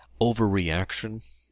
overreaction